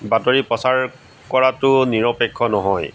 বাতৰি প্ৰচাৰ কৰাটো নিৰপেক্ষ নহয়